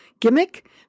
gimmick